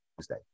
Tuesday